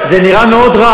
אני יודע הכול,